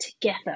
together